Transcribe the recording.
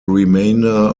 remainder